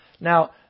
Now